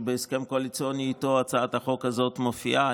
שבהסכם קואליציוני איתו הצעת החוק הזאת מופיעה.